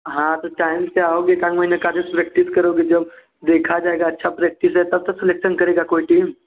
हाँ तो टाइम से आओगे एकाध महीना प्रेक्टिस करोगे जब देखा जाएगा अच्छा प्रेक्टिस है तब तो सेलेक्शन करेगा कोई टीम